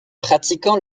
pratiquant